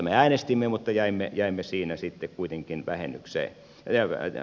me äänestimme mutta jäimme siinä sitten kuitenkin vähemmistöön